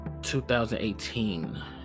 2018